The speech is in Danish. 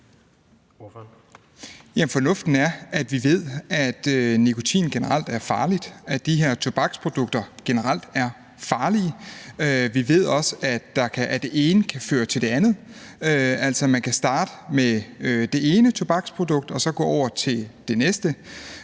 Fornuften er, at vi ved, at nikotin generelt er farligt, at de her tobaksprodukter generelt er farlige. Vi ved også, at det ene kan føre til det andet, at man altså kan starte med det ene tobaksprodukt og så gå over til det næste.